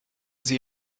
sie